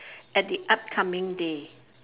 at the upcoming day